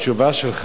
והמשקל